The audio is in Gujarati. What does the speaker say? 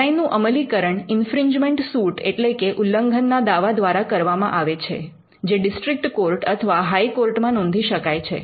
ડિઝાઇનનું અમલીકરણ ઇન્ફ્રિંજમેન્ટ સૂટ એટલે કે ઉલ્લંઘનના દાવા દ્વારા કરવામાં આવે છે જે ડિસ્ટ્રિક્ટ કોર્ટ અથવા હાઇકોર્ટમાં નોંધી શકાય છે